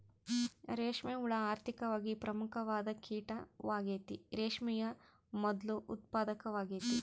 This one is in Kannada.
ರೇಷ್ಮೆ ಹುಳ ಆರ್ಥಿಕವಾಗಿ ಪ್ರಮುಖವಾದ ಕೀಟವಾಗೆತೆ, ರೇಷ್ಮೆಯ ಮೊದ್ಲು ಉತ್ಪಾದಕವಾಗೆತೆ